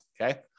Okay